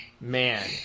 Man